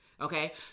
okay